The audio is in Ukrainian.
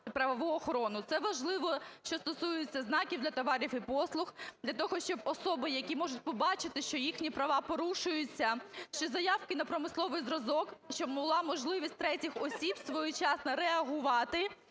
Це важливо, що стосується знаків для товарів і послуг, для того, щоб особи, які можуть побачити, що їхні права порушуються чи заявки на промисловий зразок, щоб була можливість третіх осіб своєчасно реагувати